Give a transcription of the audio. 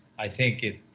i think it,